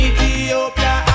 Ethiopia